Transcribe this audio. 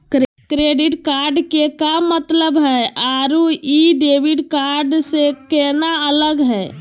Credit card के का मतलब हई अरू ई डेबिट कार्ड स केना अलग हई?